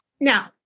Now